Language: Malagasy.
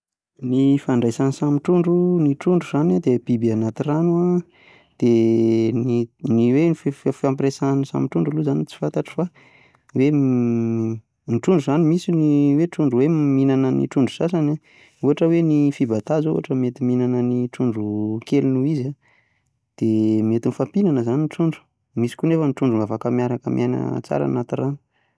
Ny hifandraisan'ny samy trondro ny trondro izany an dia biby anaty rano an, dia hoe ny fifampifandraisan'ny samy trondro aloja izany tsy fantatro fa! hoe ny trondro izany misy ny trondro hoe mihinana ny trondro sasany an, ohatra hoe ny fibata izao ohatra mety mihinana ny trondro kely noho izy an dia mety mifampinana izany ny trondro. Misy koa anefa ny trondro afaka miara miaina tsara ao anaty rano.